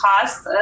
costs